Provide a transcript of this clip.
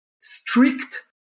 strict